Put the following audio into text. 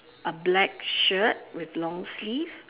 a black shirt with long sleeve